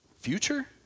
Future